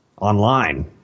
online